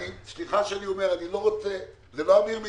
סליחה שאני אומר לך, זה לא אמיר מדינה,